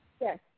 Yes